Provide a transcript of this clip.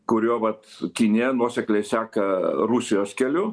kuriuo vat kinija nuosekliai seka rusijos keliu